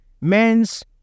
Men's